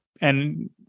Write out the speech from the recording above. and-